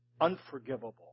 unforgivable